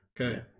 Okay